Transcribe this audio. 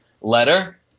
letter